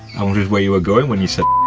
i wondered where you were going when you said